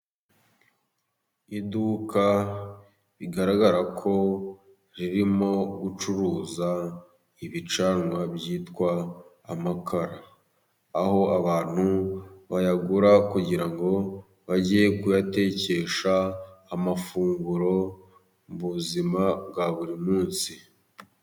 Iduka bigaragara ko ririmo gucuruza ibicanwa byitwa amakara, aho abantu bayagura, kugira ngo bajye kuyatekesha amafunguro mu buzima bwa buri munsi.